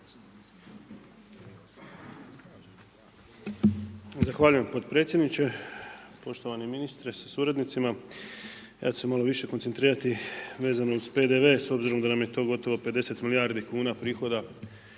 Zahvaljujem potpredsjedniče. Poštovani ministre sa suradnicima, ja ću se malo više koncentrirati vezano uz PDV, s obzirom da nam je to gotovo 50 milijardi kuna prihoda